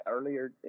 earlier